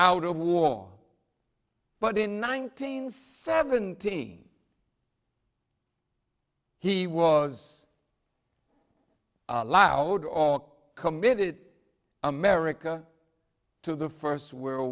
out of war but in nineteen seventeen he was allowed or committed america to the first world